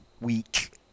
week